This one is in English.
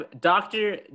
Doctor